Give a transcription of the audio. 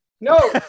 No